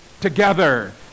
together